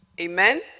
Amen